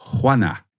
Juana